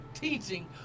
teaching